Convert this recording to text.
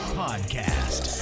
podcast